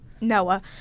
Noah